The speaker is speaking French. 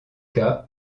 cas